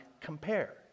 compare